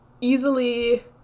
easily